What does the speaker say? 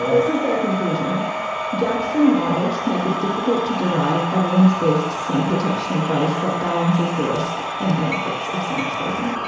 this is their conclusion gaps in knowledge make it difficult to derive evidence based sun protection advice that balances the risk and benefits of sun exposure